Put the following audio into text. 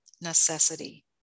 necessity